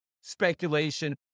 speculation